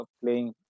playing